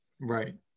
Right